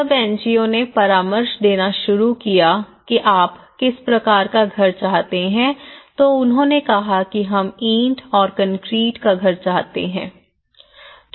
जब N G O ने परामर्श देना शुरू किया कि आप किस प्रकार का घर चाहते हैं तो उन्होंने कहा कि हम ईंट और कंक्रीट का घर चाहते हैं